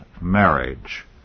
marriage